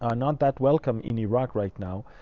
ah not that welcome in iraq right now.